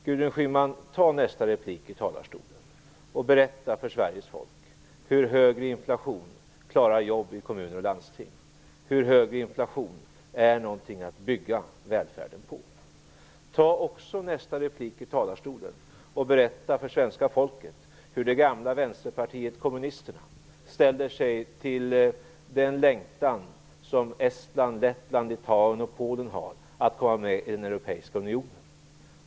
Gudrun Schyman, använd nästa replik i talarstolen till att berätta för Sveriges folk hur högre inflation klarar jobben i kommuner och landsting och hur högre inflation är någonting att bygga välfärden på! Använd också nästa replik i talarstolen till att berätta för svenska folket hur det gamla Vänsterpartiet kommunisterna ställer sig till den längtan som Estland, Lettland, Litauen och Polen har att komma med i den europeiska unionen.